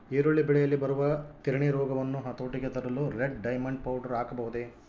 ಈರುಳ್ಳಿ ಬೆಳೆಯಲ್ಲಿ ಬರುವ ತಿರಣಿ ರೋಗವನ್ನು ಹತೋಟಿಗೆ ತರಲು ರೆಡ್ ಡೈಮಂಡ್ ಪೌಡರ್ ಹಾಕಬಹುದೇ?